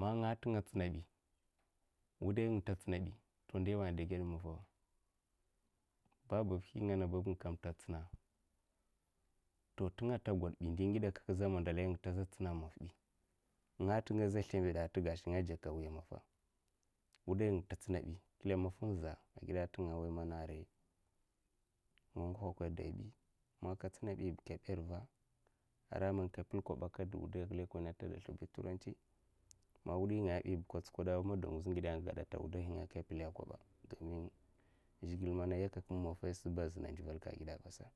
man nga nte nga ntsina bi, wudai nga nte nstina bi ndiwa un da gwod maffa nwa? Babb'nhyi'inga ana bab nga kam nta ntsina a'to ntnga nta ngwod' bi, ndi ngide kye'kya za'mandalai nga nta zinna ntsena maff'bi nga nta nga za slembada nta gashi nga za ndzeka mwiya maffa, nwudai nga ba nta ntsina bi kalin maffa'n za'a agida nta nga nwoya mana arai nga nguha nkwai dayi bi man nka ntsina bi ba nka barva ara man nka mpil nkwoba nka dwo wudai ngaya a lekone' anta ga slebkad nturanchi'man nwudi ngaya mbi ba nka nckwodan'madangwanide'nkye'nkya an gadata wudahi'ngaya n' ka mpella kwoba, domin zhigile mana nyekyek'ka mu maffaisa ba azunna nzwuvalka agida avasa.